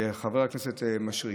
לחבר הכנסת יונתן מישרקי,